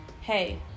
hey